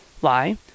Why